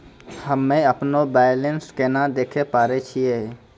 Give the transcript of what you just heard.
हम्मे अपनो बैलेंस केना देखे पारे छियै?